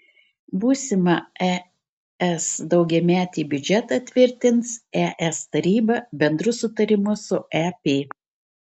būsimą es daugiametį biudžetą tvirtins es taryba bendru sutarimu su ep